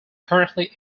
currently